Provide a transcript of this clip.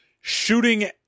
shooting